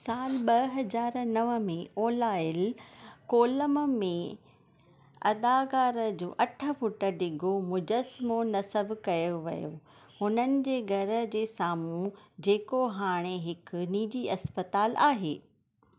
सालु ॿ हज़ार नव में ओलाइल कोल्लम में अदाकारु जो अठ फुट ढिघो मुजस्मो नस्बु कयो वियो हुननि जे घर जे साम्हूं जेको हाणे हिकु निजी अस्पतालु आहे